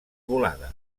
volada